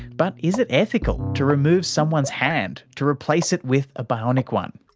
but is it ethical to remove someone's hand to replace it with a bionic one?